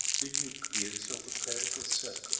the nucleus of a clerical circle